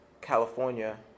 California